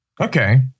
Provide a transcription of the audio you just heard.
okay